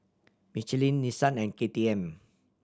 Michelin Nissan and K T M